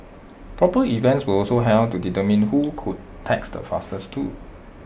proper events were also held to determine who could text the fastest too